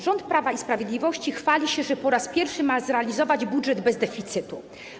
Rząd Prawa i Sprawiedliwości chwali się, że po raz pierwszy ma zrealizować budżet bez deficytu.